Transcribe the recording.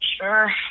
Sure